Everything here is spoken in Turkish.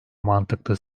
mantıklı